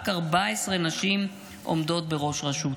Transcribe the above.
רק 14 נשים עומדות בראש רשות.